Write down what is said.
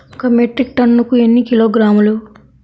ఒక మెట్రిక్ టన్నుకు ఎన్ని కిలోగ్రాములు?